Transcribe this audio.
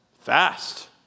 fast